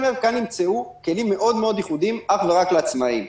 כאן נמצאו כלים מאוד-מאוד ייחודיים אך ורק לעצמאיים.